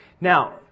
Now